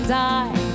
die